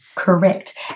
Correct